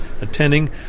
attending